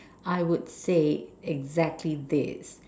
I would say exactly this